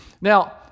now